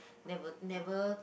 never never